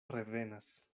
revenas